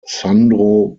sandro